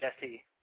Jesse